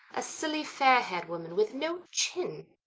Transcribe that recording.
a silly fair-haired woman with no chin.